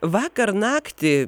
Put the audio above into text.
vakar naktį